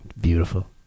beautiful